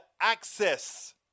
access